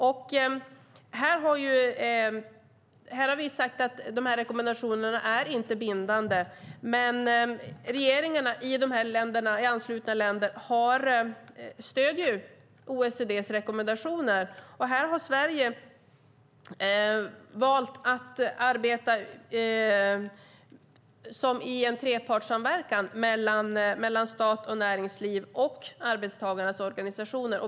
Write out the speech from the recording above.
Vi har sagt att dessa rekommendationer inte är bindande, men regeringarna i anslutna länder stöder OECD:s rekommendationer. Här har Sverige valt att arbeta i en trepartssamverkan mellan stat, näringsliv och arbetstagarorganisationer.